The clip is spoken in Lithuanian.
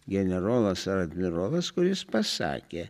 generolas ar admirolas kuris pasakė